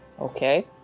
Okay